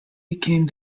became